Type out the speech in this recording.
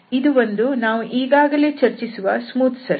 ಇದು ಒಂದು ನಾವು ಈಗಾಗಲೇ ಚರ್ಚಿಸಿರುವ ಸ್ಮೂತ್ ಸರ್ಫೇಸ್